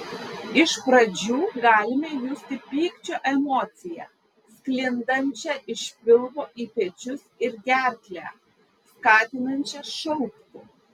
iš pradžių galime justi pykčio emociją sklindančią iš pilvo į pečius ir gerklę skatinančią šaukti